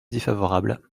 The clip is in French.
défavorable